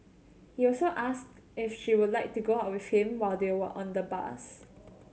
he also asked if she would like to go out with him while they were on the bus